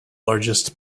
largest